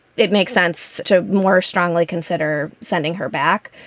it makes sense to more strongly consider sending her back.